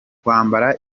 kwambara